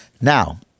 Now